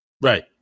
right